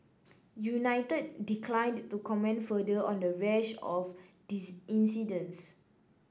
united declined to comment further on the rash of incidents